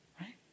right